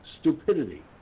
stupidity